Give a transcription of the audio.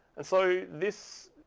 and so this